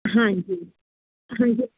ਹਾਂਜੀ ਹਾਂਜੀ